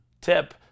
tip